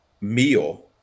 meal